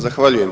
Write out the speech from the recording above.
Zahvaljujem.